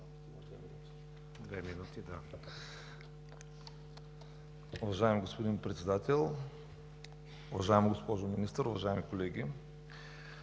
Уважаеми господин Председател, уважаема госпожо Министър, уважаеми колеги!